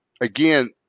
again